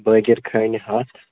بٲگِر کھنہِ ہَتھ